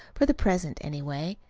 for the present, anyway.